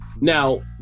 now